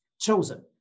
chosen